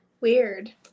Weird